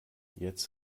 jetzt